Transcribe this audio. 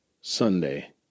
Sunday